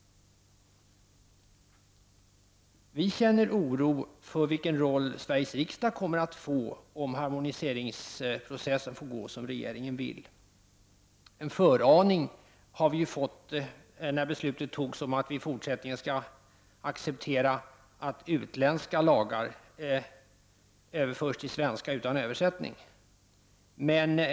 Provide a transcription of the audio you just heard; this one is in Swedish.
Vi känner oro för vilken roll Sveriges riksdag kommer att få om harmoniseringsprocessen får gå som regeringen vill. En föraning har vi fått när beslutet fattades om att vi i fortsättningen skall acceptera att utländska lagar överförs till att bli svenska utan översättning.